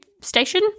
station